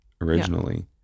originally